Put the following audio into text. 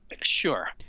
Sure